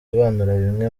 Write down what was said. bimwe